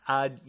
add